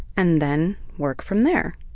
and then work from there.